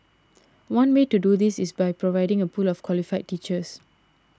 one way to do this is by providing a pool of qualified teachers